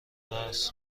راس